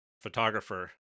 photographer